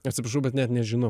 atsiprašau bet net nežinau